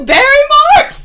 Barrymore